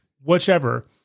whichever